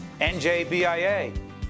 NJBIA